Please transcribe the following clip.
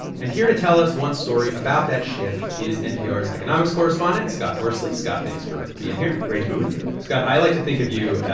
and here to tell us one story about that shift is npr's economics correspondent scott horsley. scott, thanks for being here great to be with you scott, i like to think of you,